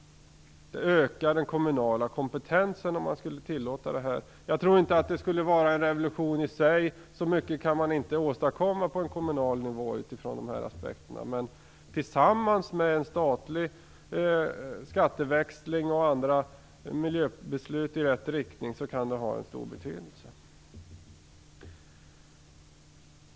Det skulle öka den kommunala kompetensen om man skulle tillåta detta. Jag tror inte att det i sig skulle vara en revolution. Så mycket kan man inte i dessa aspekter åstadkomma på kommunal nivå. Men tillsammans med en statlig skatteväxling och andra miljöbeslut i rätt riktning kan det ha en stor betydelse.